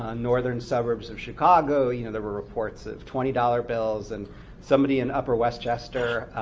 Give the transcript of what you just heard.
ah northern suburbs of chicago you know there were reports of twenty dollars bills, and somebody in upper westchester,